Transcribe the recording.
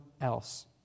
else